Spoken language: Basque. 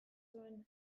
zuen